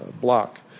block